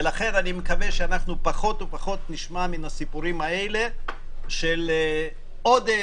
ולכן אני מקווה שפחות ופחות נשמע סיפורים כאלה של עודף,